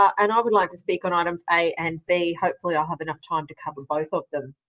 and i would like to speak on items a and b. hopefully i'll have enough time to cover both of them.